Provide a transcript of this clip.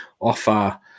offer